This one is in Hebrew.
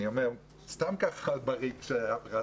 אני סתם כך, גם אם אלה